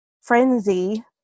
frenzy